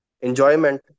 enjoyment